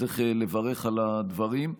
שצריך לברך על הדברים.